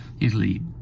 Italy